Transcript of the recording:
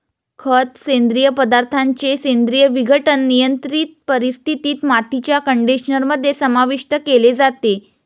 खत, सेंद्रिय पदार्थांचे सेंद्रिय विघटन, नियंत्रित परिस्थितीत, मातीच्या कंडिशनर मध्ये समाविष्ट केले जाते